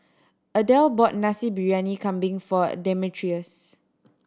Adelle bought Nasi Briyani Kambing for Demetrios